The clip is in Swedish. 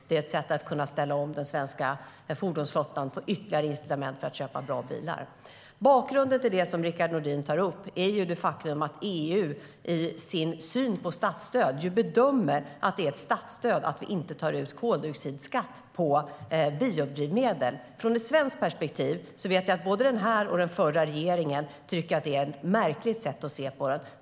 Det är ett sätt att ställa om den svenska fordonsflottan och få ytterligare incitament för att köpa bra bilar. Bakgrunden till det som Rickard Nordin tar upp är det faktum att EU i sin syn på statsstöd bedömer att det är ett statsstöd att vi inte tar ut koldioxidskatt på biodrivmedel. Från ett svenskt perspektiv vet jag att både den här och den förra regeringen tycker att det är ett märkligt sätt att se på det.